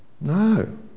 No